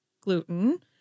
gluten